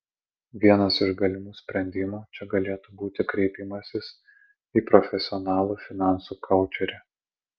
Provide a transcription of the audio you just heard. vienas iš galimų sprendimų čia galėtų būti kreipimasis į profesionalų finansų koučerį